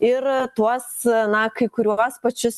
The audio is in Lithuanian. ir tuos na kai kuriuos pačius